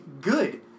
Good